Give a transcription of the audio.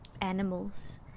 animals